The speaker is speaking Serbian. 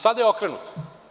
Sada je okrenuto.